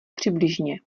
přibližně